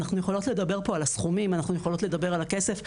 אנחנו יכולות לדבר פה על הסכומים ואנחנו יכולות לדבר על הכסף,